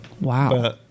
Wow